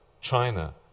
China